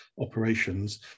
operations